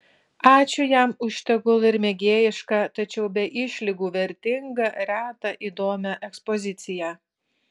ačiū jam už tegul ir mėgėjišką tačiau be išlygų vertingą retą įdomią ekspoziciją